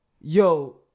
Yo